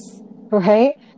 Right